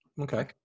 Okay